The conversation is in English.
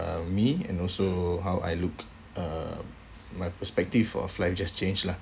um me and also how I look uh my perspective of life just change lah